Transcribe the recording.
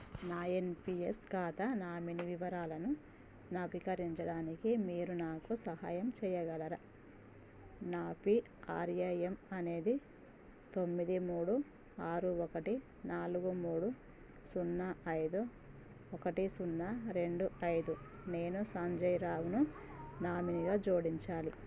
నా N P S ఖాతా nominee వివరాలను నవీకరించడానికి మీరు నాకు సహాయం చెయ్యగలరా నా పీ ఆర్ ఏ ఎం అనేది తొమ్మిది మూడు ఆరు ఒకటి నాలుగు మూడు సున్నా ఐదు ఒకటి సున్నా రెండు ఐదు నేను సంజయ్ రావును నామినీగా జోడించాలి